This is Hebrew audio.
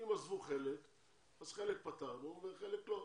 אם עזבו חלק אז חלק פתרנו וחלק לא.